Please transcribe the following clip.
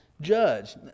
judge